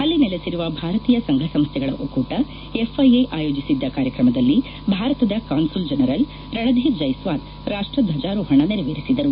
ಅಲ್ಲಿ ನೆಲೆಸಿರುವ ಭಾರತೀಯ ಸಂಘಸಂಸ್ಟೆಗಳ ಒಕ್ಕೂಟ ಎಫ್ಐಎ ಆಯೋಜಿಸಿದ್ದ ಕಾರ್ಯಕ್ರಮದಲ್ಲಿ ಭಾರತದ ಕಾನ್ಲಲ್ ಜನರಲ್ ರಣಧೀರ್ ಜೈಸ್ವಾಲ್ ರಾಷ್ಟಧ್ವಜಾರೋಹಣ ನೆರವೇರಿಸಿದರು